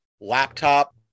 laptop